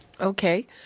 Okay